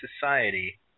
society